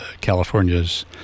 California's